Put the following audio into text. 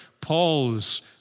Paul's